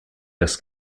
das